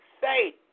say